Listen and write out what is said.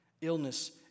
Illness